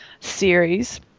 series